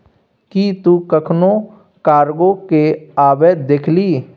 कि तु कखनहुँ कार्गो केँ अबैत देखलिही?